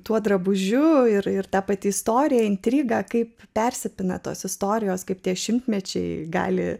tuo drabužiu ir ta pati istorija intrigą kaip persipina tos istorijos kaip dešimtmečiai gali